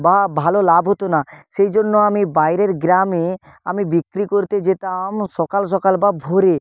বা ভালো লাভ হতো না সেই জন্য আমি বাইরের গ্রামে আমি বিক্রি করতে যেতাম সকাল সকাল বা ভোরে